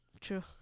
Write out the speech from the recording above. true